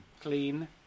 Clean